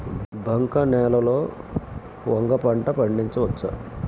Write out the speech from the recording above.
బంక నేలలో వంగ పంట పండించవచ్చా?